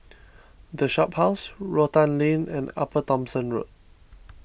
the Shophouse Rotan Lane and Upper Thomson Road